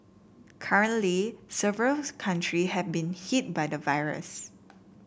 currently several countries have been hit by the virus